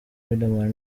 riderman